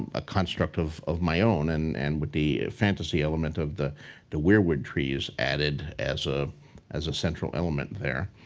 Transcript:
ah a construct of of my own. and and with the fantasy element of the the weirwood trees added as ah as a central element there,